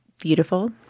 beautiful